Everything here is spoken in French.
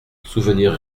souvenirs